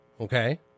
Okay